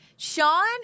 Sean